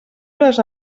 les